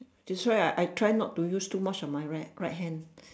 that's why I try not to use too much of my right my right hand